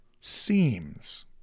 seems